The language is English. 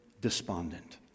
despondent